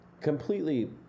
completely